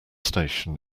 station